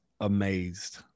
amazed